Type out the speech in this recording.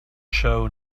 show